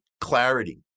clarity